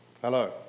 Hello